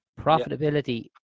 profitability